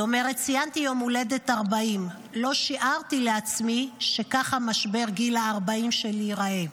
ציינתי יום הולדת 40. לא שיערתי לעצמי שככה משבר גיל ה-40 שלי ייראה,